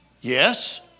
Yes